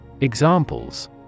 Examples